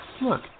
look